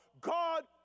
God